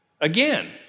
Again